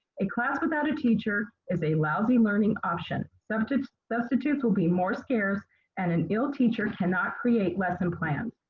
a class without a teacher is a lousy learning option. substitutes substitutes will be more scarce and an ill teacher cannot create lesson plans.